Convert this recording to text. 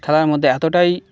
খেলার মধ্যে এতটাই